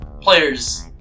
Players